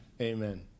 Amen